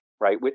Right